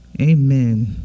amen